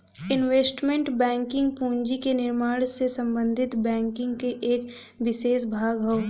investment banking पूंजी के निर्माण से संबंधित बैंकिंग क एक विसेष भाग हौ